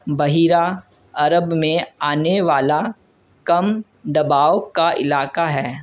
بحیرہ عرب میں آنے والا کم دباؤ کا علاقہ ہے